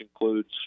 includes